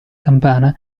campana